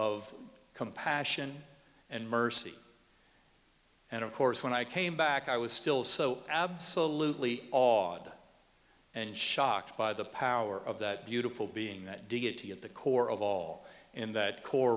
of compassion and mercy and of course when i came back i was still so absolutely odd and shocked by the power of that beautiful being that deity at the core of all in that core